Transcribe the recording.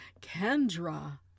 kendra